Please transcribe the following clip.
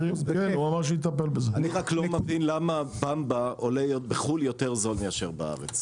אני רק לא מבין למה במבה עולה בחו"ל יותר זול מאשר בארץ.